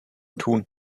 tun